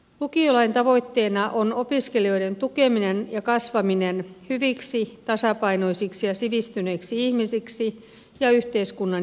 lukiolain tavoitteena on opiskelijoiden tukeminen ja kasvaminen hyviksi tasapainoisiksi ja sivistyneiksi ihmisiksi ja yhteiskunnan jäseniksi